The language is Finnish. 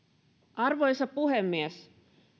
arvoisa puhemies